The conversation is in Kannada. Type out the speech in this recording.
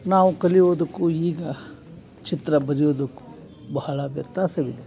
ನಾವು ಕಲಿಯುವುದಕ್ಕೂ ಈಗ ಚಿತ್ರ ಬರ್ಯುವುದಕ್ಕು ಬಹಳ ವ್ಯತ್ಯಾಸವಿದೆ